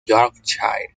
yorkshire